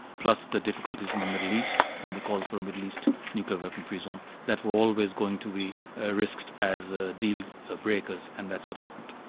plus the difficulties in the middle east and the calls for a middle east nuclear weapon free zone, that was always going to be ah risked as ah deal breakers and that's what happened.